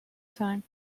time